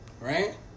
Right